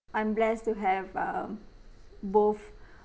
I'm blessed to have uh both